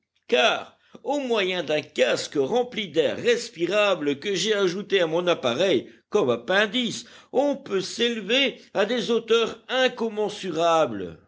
car au moyen d'un casque rempli d'air respirable que j'ai ajouté à mon appareil comme appendice on peut s'élever à des hauteurs incommensurables